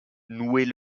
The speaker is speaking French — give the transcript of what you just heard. nouait